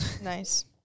nice